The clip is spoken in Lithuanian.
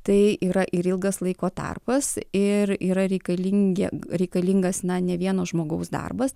tai yra ir ilgas laiko tarpas ir yra reikalingi reikalingas na ne vieno žmogaus darbas